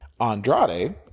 Andrade